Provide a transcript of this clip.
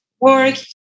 work